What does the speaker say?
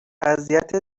اذیت